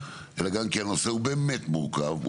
אלא גם כי הנושא באמת מורכב,